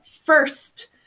first